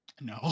no